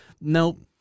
Nope